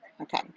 okay